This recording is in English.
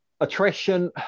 attrition